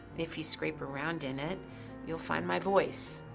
if you scrape around in it you'll find my voice,